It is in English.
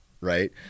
right